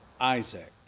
Isaac